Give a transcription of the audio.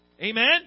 Amen